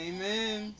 Amen